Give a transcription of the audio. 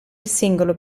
singolo